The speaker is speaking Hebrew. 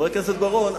חבר הכנסת בר-און,